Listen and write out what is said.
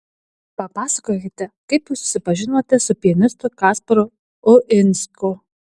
papasakokite kaip jūs susipažinote su pianistu kasparu uinsku